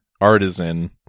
artisan